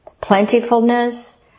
Plentifulness